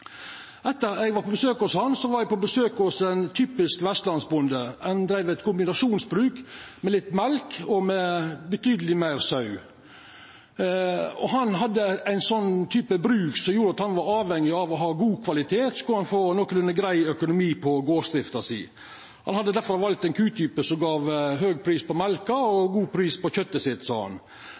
Etter at eg var på besøk hos han, var eg på besøk hos ein typisk vestlandsbonde. Han dreiv eit kombinasjonsbruk med litt mjølk og med betydeleg meir sau. Han hadde ein type bruk som gjorde at han var avhengig av å ha god kvalitet dersom han skulle få nokolunde grei økonomi på gardsdrifta si. Han hadde derfor valt ein kutype som gav høg pris på mjølka og god pris på